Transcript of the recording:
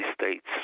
states